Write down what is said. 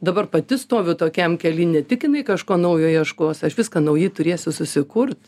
dabar pati stoviu tokiam kely ne tik jinai kažko naujo ieškos aš viską naujai turėsiu susikurt